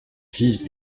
fils